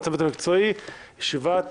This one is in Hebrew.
הצוות המקצועי.